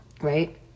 Right